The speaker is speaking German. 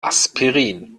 aspirin